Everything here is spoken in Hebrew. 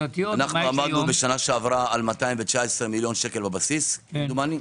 עמדנו בשנה שעברה על 219 מיליון שקל בבסיס כמדומני.